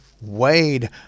Wade